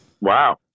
Wow